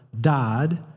died